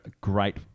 great